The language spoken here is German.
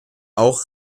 auch